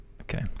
Okay